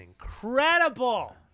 incredible